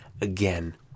again